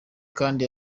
kandi